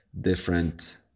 different